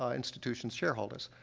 institution shareholders?